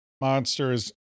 monsters